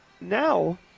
Now –